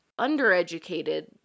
undereducated